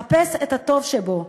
חפש את הטוב שבו.